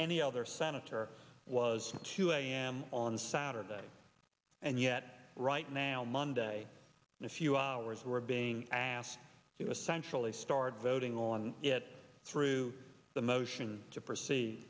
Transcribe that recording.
any other senator was to i am on saturday and yet right now monday in a few hours we're being asked to essentially start voting on it through the motion to proceed